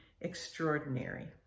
extraordinary